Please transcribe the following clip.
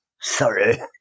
Sorry